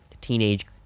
teenage